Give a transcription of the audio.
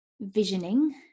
visioning